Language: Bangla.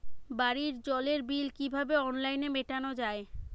বাড়ির জলের বিল কিভাবে অনলাইনে মেটানো যায়?